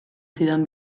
zidan